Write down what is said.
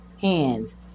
hands